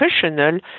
professional